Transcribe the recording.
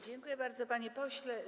Dziękuję bardzo, panie pośle.